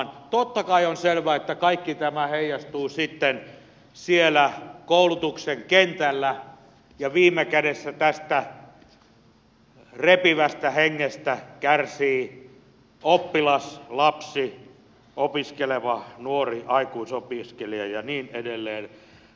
totta kai on selvää että kaikki tämä heijastuu sitten siellä koulutuksen kentällä ja viime kädessä tästä repivästä hengestä kärsii oppilas lapsi opiskeleva nuori aikuisopiskelija ja niin edelleen